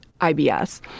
IBS